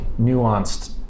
nuanced